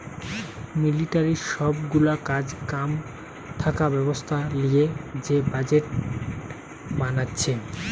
মিলিটারির সব গুলা কাজ কাম থাকা ব্যবস্থা লিয়ে যে বাজেট বানাচ্ছে